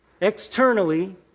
externally